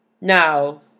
Now